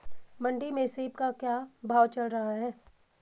मंडी में सेब का क्या भाव चल रहा है?